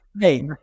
Hey